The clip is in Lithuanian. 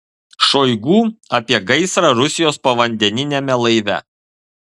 šoigu apie gaisrą rusijos povandeniniame laive